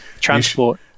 transport